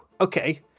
okay